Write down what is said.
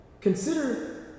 consider